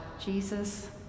Jesus